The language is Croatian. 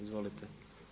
Izvolite.